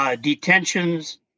detentions